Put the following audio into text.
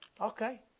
Okay